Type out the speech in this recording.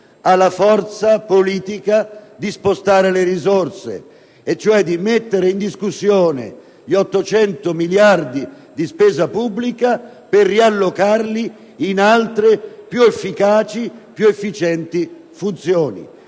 ha la forza politica di spostare le risorse, e cioè di mettere in discussione gli 800 miliardi di euro di spesa pubblica per riallocarli in altre più efficaci ed efficienti funzioni.